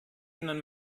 ihnen